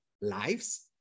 lives